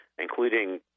including